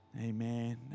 Amen